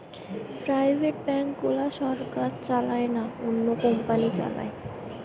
private bank গুলা সরকার চালায় না, অন্য কোম্পানি চালায়